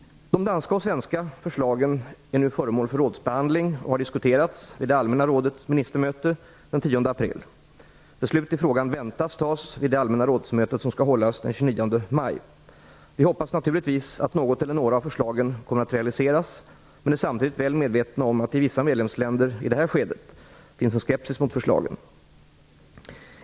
De danska och svenska förslagen är nu föremål för rådsbehandling och har diskuterats vid det allmänna rådets ministermöte den 10 april. Beslut i frågan väntas tas vid det allmänna rådsmöte som skall hållas den 29 maj. Vi hoppas naturligtvis att något eller några av förslagen kommer att realiserar, men är samtidigt väl medvetna om att det i vissa medlemsländer, i detta skede, finns en skepsis mot förslagen.